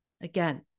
Again